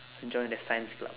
and joined the science club